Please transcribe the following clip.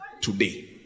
today